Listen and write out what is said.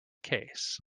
case